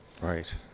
Right